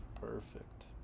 Perfect